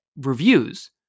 reviews